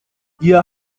ihr